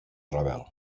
rebel